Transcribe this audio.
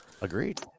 Agreed